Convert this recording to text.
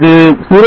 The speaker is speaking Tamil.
இது 0